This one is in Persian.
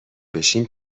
بشیم